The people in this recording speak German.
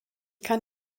kann